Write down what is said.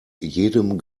jedem